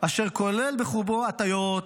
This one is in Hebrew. אשר כולל בחובו הטיות,